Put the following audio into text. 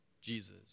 Jesus